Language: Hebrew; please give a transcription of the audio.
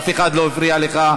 אף אחד לא הפריע לך.